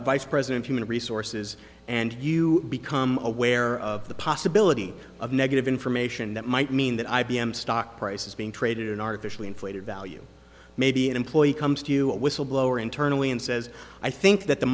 vice president human resources and you become aware of the possibility of negative information that might mean that i b m stock price is being traded in an artificially inflated value maybe an employee comes to you a whistleblower internally and says i think that the